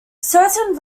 certain